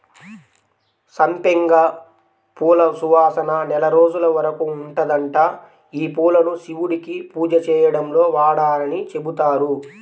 సంపెంగ పూల సువాసన నెల రోజుల వరకు ఉంటదంట, యీ పూలను శివుడికి పూజ చేయడంలో వాడరని చెబుతారు